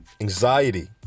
anxiety